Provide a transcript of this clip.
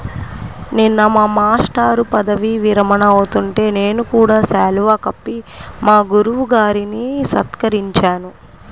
నిన్న మా మేష్టారు పదవీ విరమణ అవుతుంటే నేను కూడా శాలువా కప్పి మా గురువు గారిని సత్కరించాను